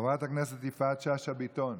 חברת הכנסת יפעת שאשא ביטון.